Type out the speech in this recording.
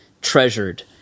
treasured